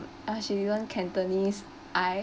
uh she learn cantonese I